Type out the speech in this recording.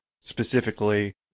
specifically